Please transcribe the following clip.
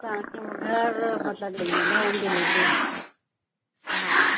तव्हां खे घर मतिलबु ॾई वेंदा होम डिलेवरी हा